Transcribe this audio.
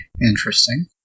interesting